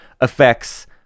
affects